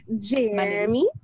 Jeremy